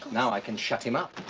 now i can shut him up.